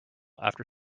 after